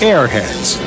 Airheads